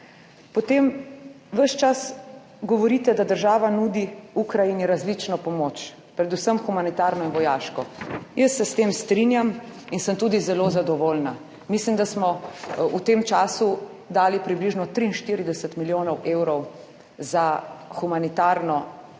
Potem ves čas govorite, da država nudi Ukrajini različno pomoč, predvsem humanitarno in vojaško. Jaz se s tem strinjam in sem tudi zelo zadovoljna. Mislim, da smo v tem času dali približno 43 milijonov evrov za humanitarno